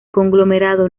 conglomerado